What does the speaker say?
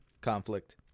conflict